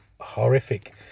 horrific